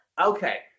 okay